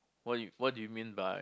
what do you what do you mean by